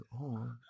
on